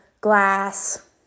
glass